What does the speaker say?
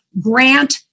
grant